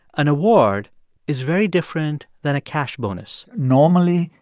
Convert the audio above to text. an award is very different than a cash bonus normally,